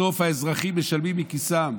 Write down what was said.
בסוף האזרחים משלמים מכיסם.